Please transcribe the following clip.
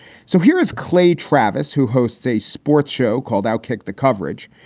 so here is clay travis, who hosts a sports show called i'll kick the coverage.